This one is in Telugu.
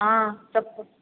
చెప్పు